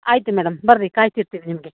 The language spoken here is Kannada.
ಆಯಿತು ಮೇಡಮ್ ಬರ್ರಿ ಕಾಯುತ್ತಿರ್ತೀವಿ ನಿಮಗೆ